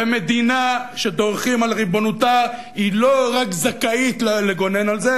ומדינה שדורכים על ריבונותה היא לא רק זכאית לגונן על זה,